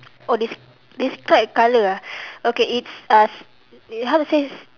oh des~ describe colour ah okay it's uh how to say it's